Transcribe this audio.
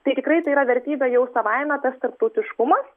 tai tikrai tai yra vertybė jau savaime tas tarptautiškumas